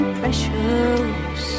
precious